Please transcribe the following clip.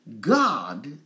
God